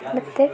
ಮತ್ತು